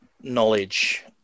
knowledge